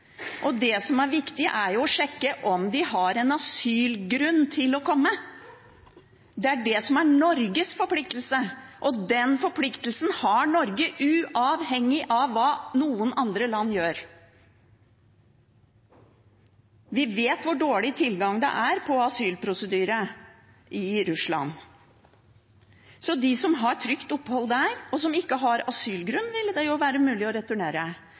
det. Det som er viktig, er jo å sjekke om de har en asylgrunn til å komme. Det er det som er Norges forpliktelse, og den forpliktelsen har Norge uavhengig av hva noen andre land gjør. Vi vet hvor dårlig tilgang det er på asylprosedyre i Russland. De som har trygt opphold der, og som ikke har asylgrunn, ville det jo være mulig å returnere.